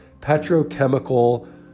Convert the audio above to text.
petrochemical